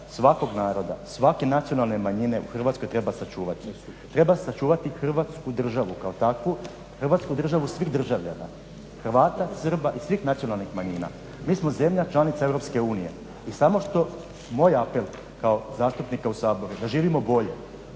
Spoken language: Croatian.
svakog naroda, svake nacionalne manjine u Hrvatskoj treba sačuvati. Treba sačuvati Hrvatsku državu kao takvu, Hrvatsku državu svih državljana, Hrvata, Srba i svih nacionalnih manjina. Mi smo zemlja članica EU i samo što moj apel kao zastupnika u Saboru da živimo bolje.